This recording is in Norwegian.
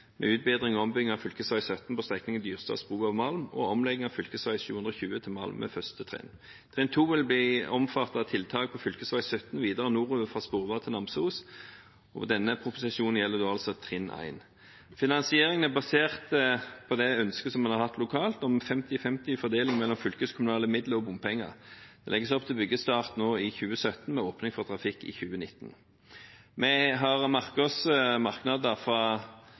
med utbedring og ombygging av fv. 17 på strekningen Dyrstad–Sprova–Malm og omlegging av fv. 720 til Malm i første trinn. Trinn 2 vil bli omfattet av tiltak på fv. 17 videre nordover fra Sprova til Namsos. Denne proposisjonen gjelder altså trinn 1. Finansieringen er basert på ønsket en har hatt lokalt om 50–50 femti-fordeling mellom fylkeskommunale midler og bompenger. Det legges opp til byggestart nå i 2017 med åpning for trafikk i 2019. Vi har merket oss merknader fra